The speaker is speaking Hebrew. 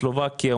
סלובקיה,